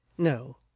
No